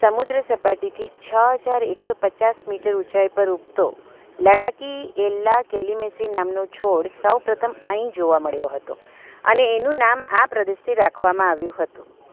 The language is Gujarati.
સમુદ્ર સપાટીથી છ હજાર એકસો પચાસ મીટર ઊંચાઈ પર ઉગતો લળાકીએલ્લા કેલીમેસી નામનો છોડ સૌપ્રથમ અહીં જોવા મળ્યો હતો અને એનું નામ આ પ્રદેશથી રાખવામાં આવ્યું હતું